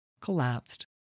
collapsed